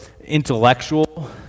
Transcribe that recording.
intellectual